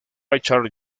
richard